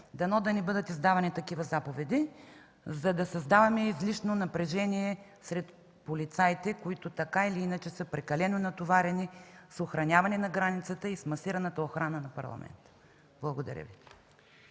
дано да не бъдат издавани такива заповеди, за да създаваме излишно напрежение сред полицаите, които така или иначе са прекалено натоварени с охраняване на границата и с масираната охрана на Парламента. Благодаря.